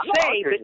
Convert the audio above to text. say